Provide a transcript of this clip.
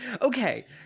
Okay